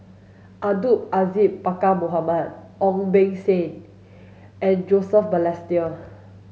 Abdul Aziz Pakkeer Mohamed Ong Beng Seng and Joseph Balestier